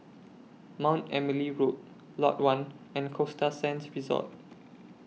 Mount Emily Road Lot one and Costa Sands Resort